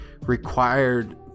required